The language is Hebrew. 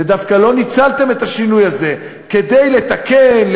ודווקא לא ניצלתם את השינוי הזה כדי לתקן,